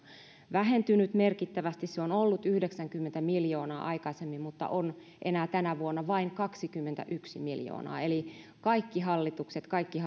vähentynyt merkittävästi se on ollut yhdeksänkymmentä miljoonaa aikaisemmin mutta on tänä vuonna enää vain kaksikymmentäyksi miljoonaa eli kaikki hallitukset kaikki